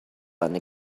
button